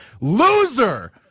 Loser